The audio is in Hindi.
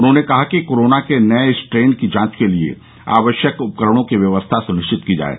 उन्होंने कहा कि कोरोना के नये स्ट्रेन की जांच के लिये आवश्यक उपकरणों की व्यवस्था सुनिश्चित की जाये